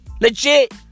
Legit